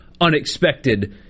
unexpected